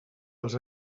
als